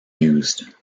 used